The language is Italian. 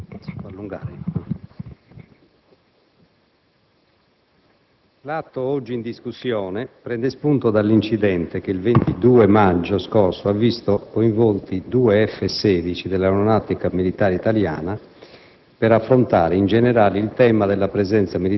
L'atto oggi in discussione prende spunto dall'incidente che il 22 maggio scorso ha visto coinvolti due F16 dell'Aeronautica militare italiana,